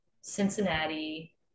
cincinnati